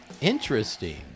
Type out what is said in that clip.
Interesting